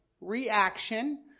reaction